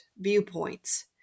viewpoints